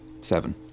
Seven